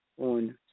on